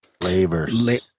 flavors